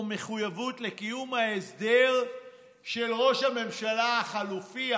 מחויבות לקיום ההסדר של ראש הממשלה החלופי,